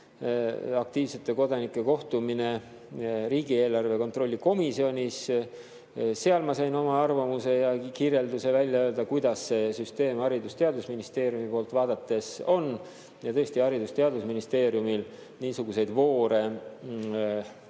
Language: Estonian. aktiivsete kodanike kohtumine riigieelarve kontrolli [eri]komisjonis. Seal ma sain oma arvamuse ja kirjelduse välja öelda, kuidas see süsteem Haridus- ja Teadusministeeriumi poolt vaadates on. Tõesti, Haridus- ja Teadusministeeriumil niisuguseid voore,